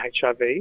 HIV